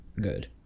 good